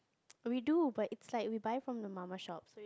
we do but is like we buy from the mama shops